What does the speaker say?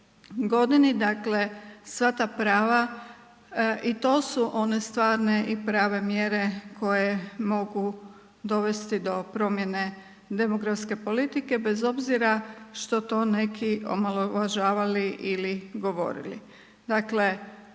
godini. Dakle sva ta prava i to su one stvarne i prave mjere koje mogu dovesti do promjene demografske politike bez obzira što to neki omalovažavali ili govorili. Dakle